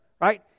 right